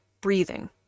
breathing